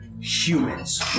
humans